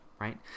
right